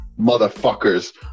motherfuckers